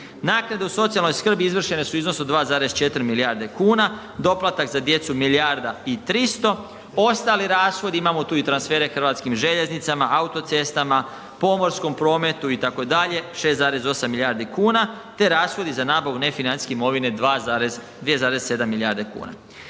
Naknade o socijalnoj skrbi izvršene su u iznosu 2,4 milijarde kuna. Doplatak za djecu milijarda i 300, ostali rashodi, imamo i tu transfere Hrvatskim željeznicama, autocestama, pomorskom prometu, itd., 6,8 milijardi kuna te rashodi za nabavu nefinancijske imovine 2,7 milijarde kuna.